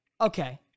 Okay